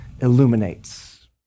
illuminates